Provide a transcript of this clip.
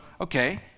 okay